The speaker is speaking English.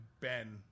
Ben